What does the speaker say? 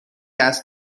است